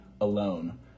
alone